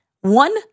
one